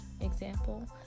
Example